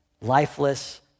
lifeless